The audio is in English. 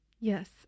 yes